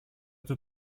του